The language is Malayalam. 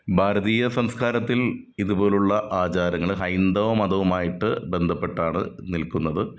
ഭാരതീയ സംസ്കാരത്തിൽ ഇതുപോലുള്ള ആചാരങ്ങൾ ഹൈന്ദവ മതവുമായിട്ട് ബന്ധപ്പെട്ടാണ് നിൽക്കുന്നത്